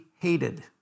hated